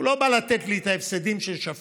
הוא לא בא לתת לי את ההפסדים של שפיר.